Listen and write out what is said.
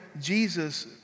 Jesus